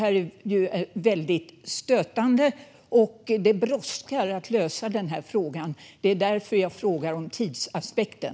Det här är väldigt stötande, och det brådskar att lösa frågan. Det är därför jag frågar om tidsaspekten.